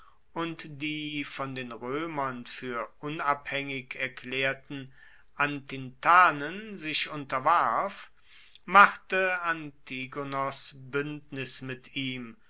und die von den roemern fuer unabhaengig erklaerten atintanen sich unterwarf machte antigonos buendnis mit ihm